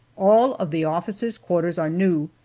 all of the officers' quarters are new,